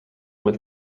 with